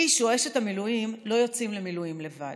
איש או אשת המילואים לא יוצאים למילואים לבד.